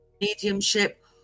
mediumship